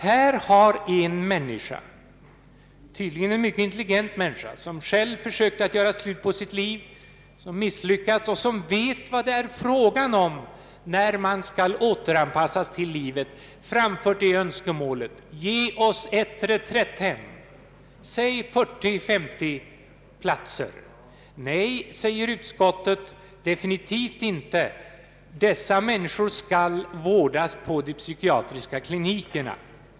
Här har en människa — tydligen en mycket intelligent människa — som försökt göra slut på sitt liv men misslyckats och därför vet vad det är frågan om när det gäller att återanpassas till livet framfört önskemål om ett reträtthem på säg 40—50 platser. Nej, definitivt inte, anser utskottet. Dessa människor skall vårdas på de psykiatriska klinikerna.